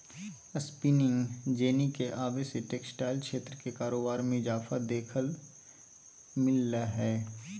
spinning jenny के आवे से टेक्सटाइल क्षेत्र के कारोबार मे इजाफा देखे ल मिल लय हें